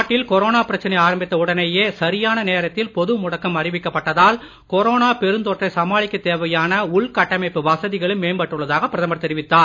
நாட்டில் கொரோனா பிரச்சனை ஆரம்பித்த உடனேயே சரியான நேரத்தில் பொது முடக்கம் அறிவிக்கப்பட்டதால் கொரோனா பெருந் தொற்றை சமாளிக்கத் தேவையான உள் கட்டமைப்பு வசதிகளும் மேம்பட்டுள்ளதாக பிரதமர் தெரிவித்தார்